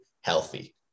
healthy